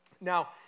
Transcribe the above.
Now